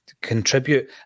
contribute